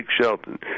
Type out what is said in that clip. Shelton